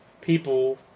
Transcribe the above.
people